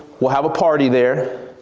we'll have a party there,